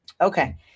Okay